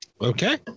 Okay